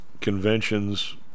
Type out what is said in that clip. conventions